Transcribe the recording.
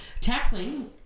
Tackling